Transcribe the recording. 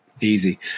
easy